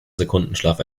sekundenschlaf